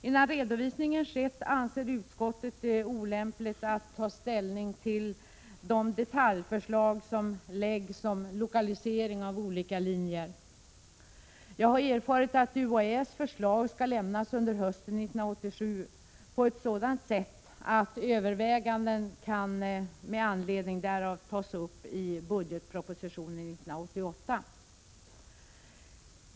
Innan redovisningen skett anser utskottet det olämpligt att ta ställning till de detaljförslag som läggs om lokalisering av olika linjer. Jag har erfarit att UHÄ:s förslag skall lämnas under hösten 1987 på ett sådant sätt att överväganden med anledning därav kan tas upp i budgetpropositionen 1988.